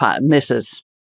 misses